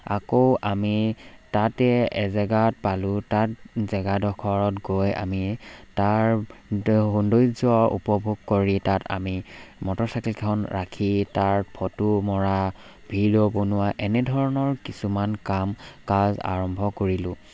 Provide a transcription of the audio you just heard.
আকৌ আমি তাতে এ জেগাত পালোঁ তাত জেগাডখৰত গৈ আমি তাৰ সৌন্দৰ্য উপভোগ কৰি তাত আমি মটৰচাইকেলখন ৰাখি তাৰ ফটো মৰা ভিডিঅ' বনোৱা এনেধৰণৰ কিছুমান কাম কাজ আৰম্ভ কৰিলোঁ